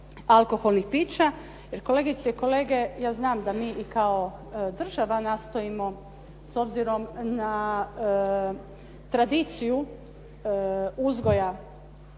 alkoholnih pića. Jer kolegice i kolege ja znam da mi i kao država nastojimo s obzirom na tradiciju uzgoja